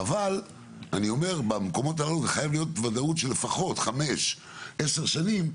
אבל במקומות הללו צריכה להיות ודאות של לפחות 5-10 שנים,